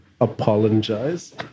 Apologize